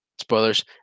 Spoilers